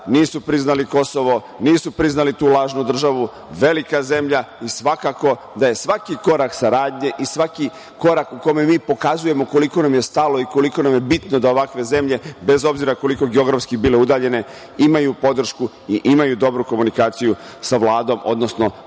nisu priznali Kosovo, nisu priznali tu lažnu državu, velika zemlja. Svakako da je svaki korak saradnje i svaki korak u kome mi pokazujemo koliko nam je stalo i koliko nam je bitno da ovakve zemlje, bez obzira koliko geografski budu udaljene, imaju podršku i imaju dobru komunikaciju sa Vladom, odnosno